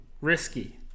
risky